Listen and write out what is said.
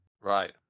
Right